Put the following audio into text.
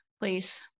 please